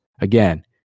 again